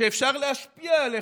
שאפשר להשפיע עליך.